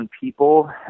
people